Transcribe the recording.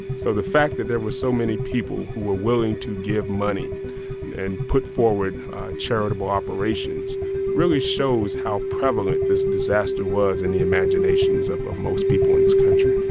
so the fact that there were so many people who were willing to give money and put forward charitable operations really shows how prevalent this disaster was in the imaginations of of most people in this country